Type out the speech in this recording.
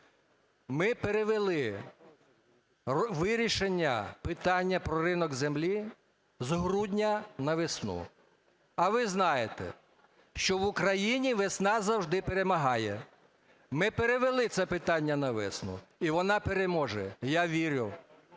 ми перевели вирішення питання про ринок землі з грудня на весну, а ви знаєте, що в Україні весна завжди перемагає. Ми перевели це питання на весну, і вона переможе, я вірю.